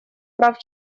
прав